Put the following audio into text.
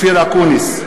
(קורא בשמות חברי הכנסת) אופיר אקוניס,